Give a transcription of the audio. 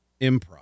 improv